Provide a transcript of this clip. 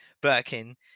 Birkin